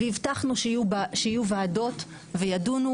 והבטחנו שיהיו ועדות וידונו